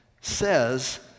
says